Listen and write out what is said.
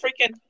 freaking